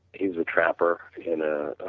is a trapper in ah ah